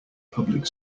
public